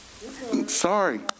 Sorry